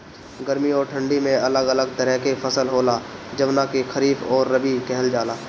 गर्मी अउरी ठंडी में अलग अलग तरह के फसल होला, जवना के खरीफ अउरी रबी कहल जला